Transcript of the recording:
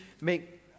make